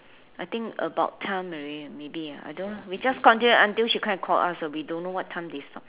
I think about time already maybe ah I don't know we just continue until she come and call us or we don't know what time they stop